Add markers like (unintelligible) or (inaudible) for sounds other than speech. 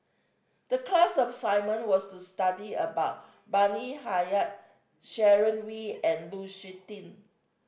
the class of (unintelligible) was to study about Bani Haykal Sharon Wee and Lu Suitin